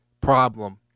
problem